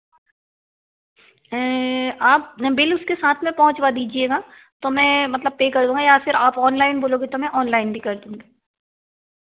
आप ना बिल उसके साथ में पहुँचवा दीजिएगा तो मैं पे कर दूँगा या फिर आप ऑनलाइन बोलेगे तो ऑनलाइन भी कर दूँगी